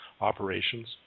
operations